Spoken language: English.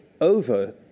over